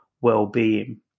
well-being